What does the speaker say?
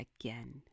again